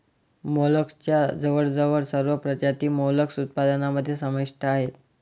मोलस्कच्या जवळजवळ सर्व प्रजाती मोलस्क उत्पादनामध्ये समाविष्ट आहेत